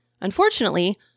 Unfortunately